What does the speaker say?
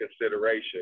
consideration